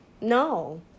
No